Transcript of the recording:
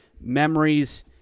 Memories